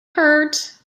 hurt